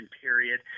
period